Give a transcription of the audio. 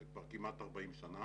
כבר כמעט 40 שנה